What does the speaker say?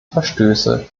verstöße